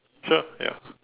sure ya